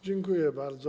Dziękuję bardzo.